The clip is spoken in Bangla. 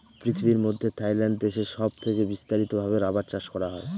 পৃথিবীর মধ্যে থাইল্যান্ড দেশে সব থেকে বিস্তারিত ভাবে রাবার চাষ করা হয়